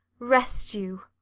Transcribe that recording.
rest you,